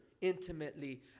intimately